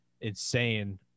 insane